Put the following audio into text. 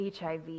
HIV